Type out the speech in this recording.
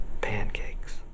pancakes